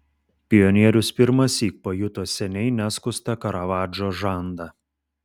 pionierius pirmąsyk pajuto seniai neskustą karavadžo žandą